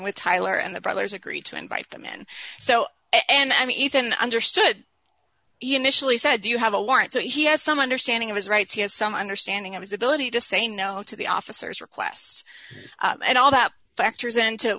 tyler and the brothers agree to invite them in so and i mean even understood initially said you have a line so he has some understanding of his rights he has some understanding of his ability to say no to the officers requests and all that factors into